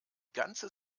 ganze